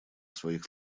своих